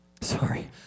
Sorry